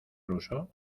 ruso